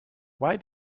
why